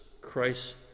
christ